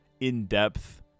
in-depth